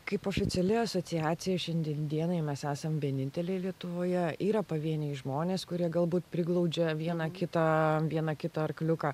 kaip oficiali asociacija šiandien dienai mes esam vieninteliai lietuvoje yra pavieniai žmonės kurie galbūt priglaudžia vieną kitą vieną kitą arkliuką